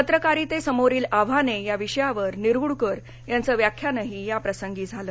पत्रकारितेसमोरील आव्हाने या विषयावर निरगुडकर यांचं व्याख्यानंही याप्रसंगी झालं